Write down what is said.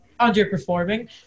underperforming